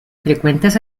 frecuentes